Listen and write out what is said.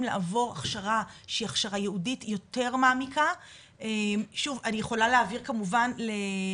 לעבור הכשרה שהיא הכשרה ייעודית יותר מעמיקה ואני יכולה להעביר לוועדה